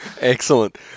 Excellent